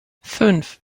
fünf